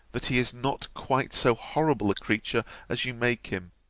that he is not quite so horrible a creature as you make him